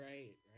Right